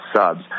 subs